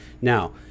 Now